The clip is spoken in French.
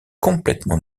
complètement